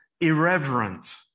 irreverent